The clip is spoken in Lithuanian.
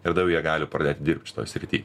ir jie gali pradėti dirbt šitoj srity